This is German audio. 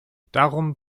darum